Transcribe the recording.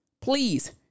please